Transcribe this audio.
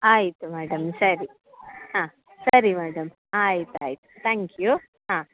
ಆಯಿತು ಮೇಡಮ್ ಸರಿ ಹಾಂ ಸರಿ ಮೇಡಮ್ ಆಯ್ತು ಆಯ್ತು ತ್ಯಾಂಕ್ ಯು ಹಾಂ